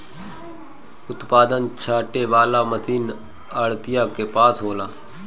उत्पादन छाँटे वाला मशीन आढ़तियन के पास होला